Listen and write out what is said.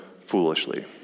foolishly